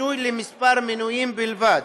כיסוי לכמה מנויים בלבד.